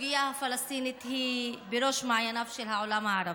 הסוגיה הפלסטינית היא בראש מעייניו של העולם הערבי.